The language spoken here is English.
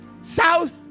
south